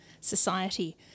society